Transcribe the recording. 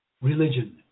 religion